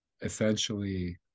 essentially